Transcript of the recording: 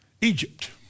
Egypt